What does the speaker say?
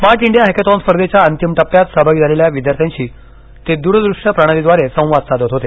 smart India hackathon स्पर्धेच्या अंतिम टप्प्यात सहभागी झालेल्या विद्यार्थ्यांशी ते दूरदृश्य प्रणालीद्वारे संवाद साधत होते